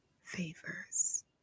favors